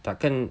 takkan